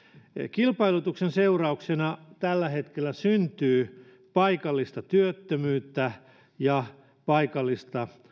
kilpailutuksen seurauksena tällä hetkellä syntyy paikallista työttömyyttä ja paikallista